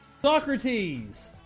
Socrates